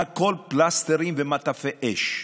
הכול פלסטרים ומטפי אש,